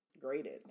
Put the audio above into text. graded